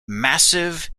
massive